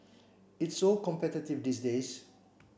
it's so competitive these days